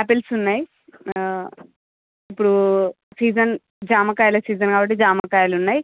apples ఉన్నాయి ఇప్పుడు season జామకాయల సీజన్ కాబట్టి జామకాయలు ఉన్నాయి